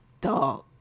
dog